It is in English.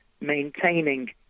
maintaining